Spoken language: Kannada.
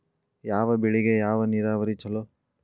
ಯಾವ ಬೆಳಿಗೆ ಯಾವ ನೇರಾವರಿ ಛಲೋ?